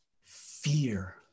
fear